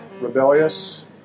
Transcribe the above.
rebellious